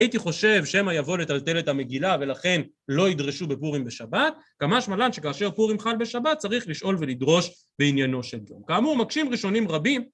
הייתי חושב שמא יבוא לטלטל את המגילה ולכן לא ידרשו בפורים בשבת, כמשמע לן שכאשר פורים חל בשבת צריך לשאול ולדרוש בעניינו של יום. כאמור, מקשים ראשונים רבים.